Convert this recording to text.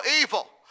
evil